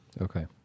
Okay